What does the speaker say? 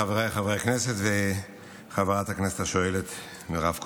חבריי חברי הכנסת וחברת הכנסת השואלת מירב כהן,